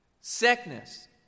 sickness